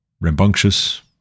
rambunctious